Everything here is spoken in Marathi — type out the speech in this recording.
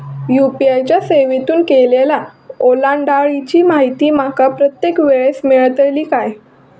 यू.पी.आय च्या सेवेतून केलेल्या ओलांडाळीची माहिती माका प्रत्येक वेळेस मेलतळी काय?